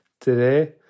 today